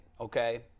okay